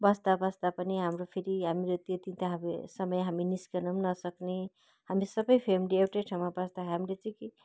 बस्दा बस्दा पनि हाम्रो फेरि हाम्रो त्यति समय हामी निस्किन पनि नसक्ने हामी सबै फेमिली एउटै ठाउँमा बस्दा हाम्रो चाहिँ के